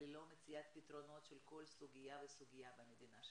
ללא מציאת פתרונות לכל סוגיה וסוגיה במדינה שלנו?